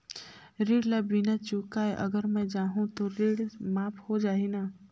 ऋण ला बिना चुकाय अगर मै जाहूं तो ऋण माफ हो जाही न?